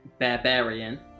barbarian